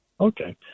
Okay